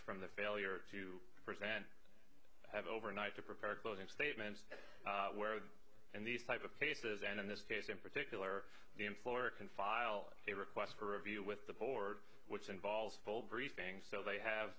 from the failure to present have overnight to prepare closing statements where in these type of cases and in this case in particular the employer can file a request for review with the board which involves a full briefing so they have